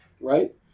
right